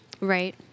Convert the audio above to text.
Right